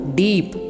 deep